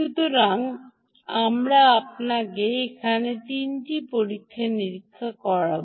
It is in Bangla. সুতরাং আমরা আপনাকে এখানে 3 পরীক্ষা নিরীক্ষা করব